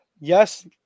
Yes